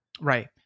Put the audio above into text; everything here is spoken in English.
Right